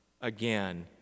again